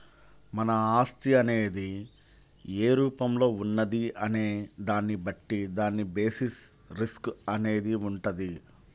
మన ఆస్తి అనేది ఏ రూపంలో ఉన్నది అనే దాన్ని బట్టి దాని బేసిస్ రిస్క్ అనేది వుంటది